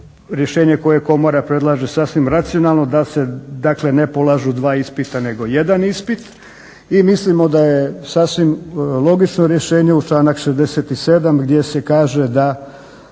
rješenje koje komora predlaže sasvim racionalno, da se, dakle ne polažu dva ispita nego jedan ispit i mislimo da je sasvim logično rješenje uz članak 67. gdje se kaže da